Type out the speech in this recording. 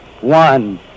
one